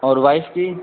और वाइफ़ की